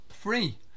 free